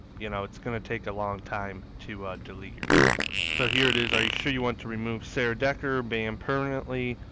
you know, it's gonna take a long time to delete your group. so, here it is are you sure you want to remove sarah decker, ban permanently?